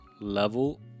level